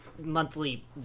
monthly